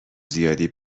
زیادی